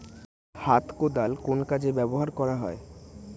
হাত কোদাল কোন কাজে ব্যবহার করা হয়?